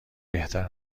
بهتر